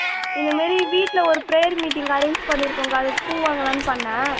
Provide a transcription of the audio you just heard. இந்த மாரி வீட்டில் ஒரு ப்ரேயர் மீட்டிங் அரேஞ்ச் பண்ணி இருக்கோம் அக்கா அதுக்கு பூ வாங்கலாம்னு பண்ணிணேன்